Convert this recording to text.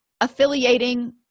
affiliating